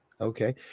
Okay